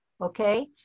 Okay